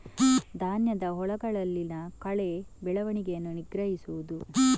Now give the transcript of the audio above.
ಧಾನ್ಯದ ಹೊಲಗಳಲ್ಲಿನ ಕಳೆ ಬೆಳವಣಿಗೆಯನ್ನು ನಿಗ್ರಹಿಸುವುದು